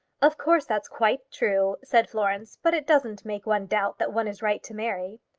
of course that's quite true, said florence, but it doesn't make one doubt that one is right to marry.